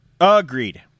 Agreed